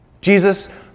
Jesus